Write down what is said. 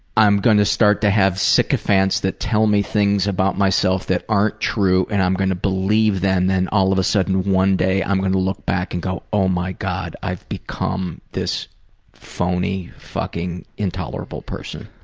i'm gonna start to have sycophants that tell me things about myself that aren't true and i'm gonna believe them then all of the sudden one day i'm gonna look back and go, oh my god i've become this phony fucking intolerable person.